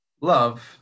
love